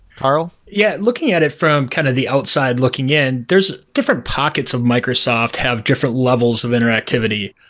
carl? yeah. looking at it from kind of the outside looking in, there's different pockets of microsoft have different levels of interactivity.